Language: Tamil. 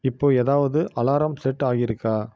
இப்போ ஏதாவது அலாரம் செட் ஆகியிருக்கா